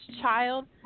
child